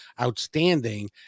outstanding